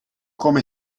come